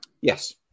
Yes